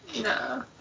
No